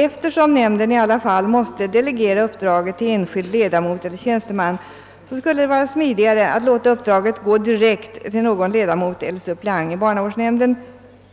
Eftersom nämnden ändå måste delegera uppdraget till enskild ledamot eller tjänsteman, skulle det vara smidigare att låta uppdraget gå direkt till ledamot eller suppleant i barnavårdsnämnden